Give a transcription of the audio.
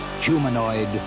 Humanoid